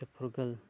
ᱯᱷᱩᱨᱜᱟᱹᱞ